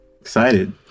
Excited